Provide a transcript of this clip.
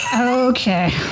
Okay